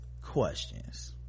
questions